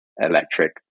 electric